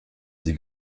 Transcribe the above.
sie